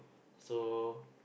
so